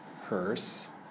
hearse